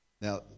Now